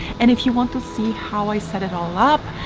and if you want to see how i set it all up,